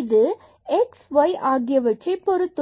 இது x and y ஆகியவற்றைப் பொறுத்து உள்ளது